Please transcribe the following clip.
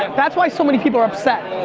that's why so many people are upset.